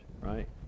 right